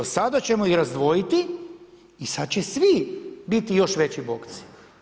Sada ćemo ih razdvojiti i sada će svi biti još veći bokci.